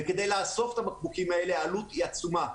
וכדי לאסוף את הבקבוקים האלה העלות היא עצומה.